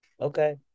Okay